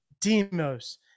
Demos